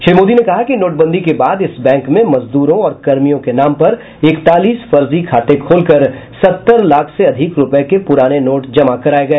श्री मोदी ने कहा कि नोटबंदी के बाद इस बैंक में मजदूरों और कर्मियों के नाम पर इकतालीस फर्जी खाते खोल कर सत्तर लाख से अधिक रूपये के प्राने नोट जमा कराये गए